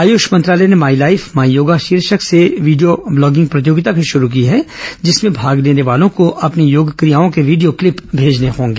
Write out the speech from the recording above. आयष मंत्रालय ने my life my yoga शीर्षक से वीडियो ब्लॉगिंग प्रतियोगिता भी शुरू की ँहै जिसमें भाग लेने वालों को अपनी योग क्रियाओं के वीडियो क्लिप मेजने होंगे